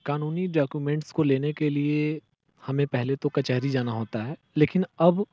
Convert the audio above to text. क़ानूनी डाक्यूमेंट्स को लेने के लिए हमें पहले तो कचहरी जाना होता है लेकिन अब